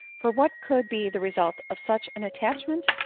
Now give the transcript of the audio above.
for what could be the result of such an attachment?